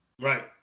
Right